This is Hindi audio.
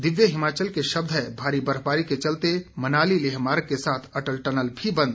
दिव्य हिमाचल के शब्द हैं भारी बर्फबारी के चलते मनाली लेह मार्ग के साथ अटल टनल भी बंद